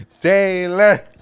Taylor